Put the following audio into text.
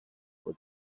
for